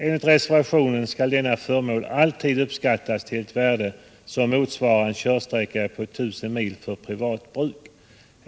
Enligt reservationen 2 skall denna förmån uppskattas till ett värde som motsvarar en körsträcka på 1 000 mil för privat bruk.